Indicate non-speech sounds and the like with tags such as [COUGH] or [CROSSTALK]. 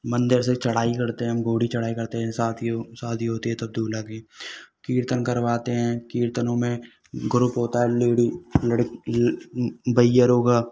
मंदिर से चढ़ाई करते हैं हम पूरी चढ़ाई करते हैं शादी शादी होती है तो दूल्हा भी कीर्तन करवाते हैं कीर्तनों में ग्रुप होता है लेडी [UNINTELLIGIBLE] होगा